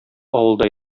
авылда